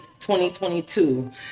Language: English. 2022